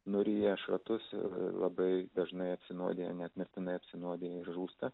nuryja šratus ir labai dažnai apsinuodija net mirtinai apsinuodija ir žūsta